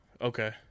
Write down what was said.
Okay